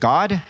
God